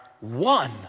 one